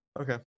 Okay